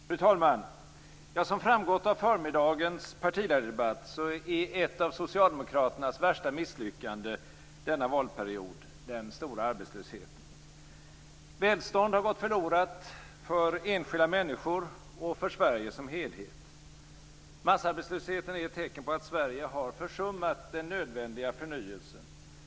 Fru talman! Som framgått av förmiddagens partiledardebatt är ett av socialdemokraternas värsta misslyckanden denna valperiod den stora arbetslösheten. Välstånd har gått förlorat för enskilda människor och för Sverige som helhet. Massarbetslösheten är ett tecken på att Sverige har försummat den nödvändiga förnyelsen.